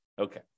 Okay